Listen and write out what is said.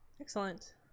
excellent